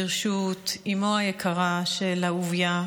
ברשות אימו היקרה של אהוביה,